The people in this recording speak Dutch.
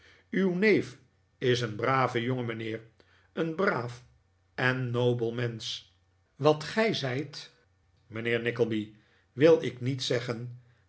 uw neef is een brave jongen mijnheer een braaf en nobel mensch wat gij zijt mijnheer nickleby wil ik niet zeggen